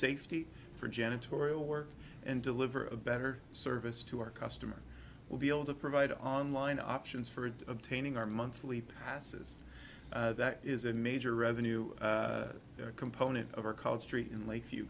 safety for janitorial work and deliver a better service to our customers will be able to provide online options for obtaining our monthly passes that is a major revenue component of our culture treat in lakeview